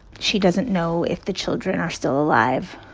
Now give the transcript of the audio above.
she doesn't know if the children are still alive.